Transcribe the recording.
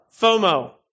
FOMO